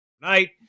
night